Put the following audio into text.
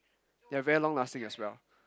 they are very long lasting as well